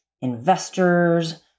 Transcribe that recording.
investors